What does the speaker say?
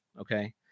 Okay